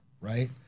right